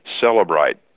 celebrate